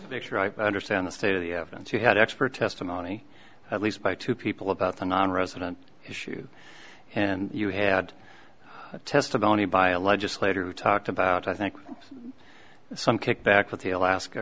to make sure i understand the state of the event you had expert testimony at least by two people about the nonresident issue and you had testimony by a legislator who talked about i think some kickbacks with the alaska